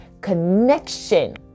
connection